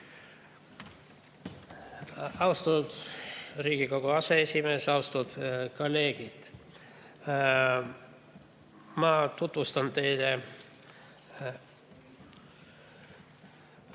Austatud Riigikogu aseesimees! Austatud kolleegid! Ma tutvustan teile